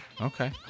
Okay